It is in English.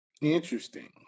Interesting